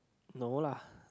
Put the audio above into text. no lah